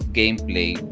gameplay